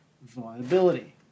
viability